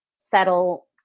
settle